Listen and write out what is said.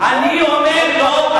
אני אומר, לא